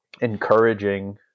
encouraging